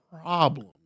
problem